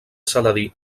saladí